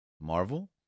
Marvel